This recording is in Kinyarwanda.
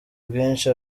bwinshi